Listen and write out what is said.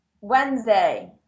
Wednesday